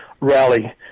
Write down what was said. Rally